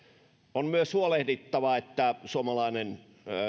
on myös huolehdittava että suomalainen